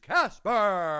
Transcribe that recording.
Casper